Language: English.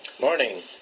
Morning